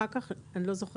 אחר כך אני לא זוכרת.